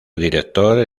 director